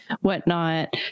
whatnot